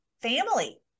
family